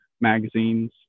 magazines